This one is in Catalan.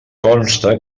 consta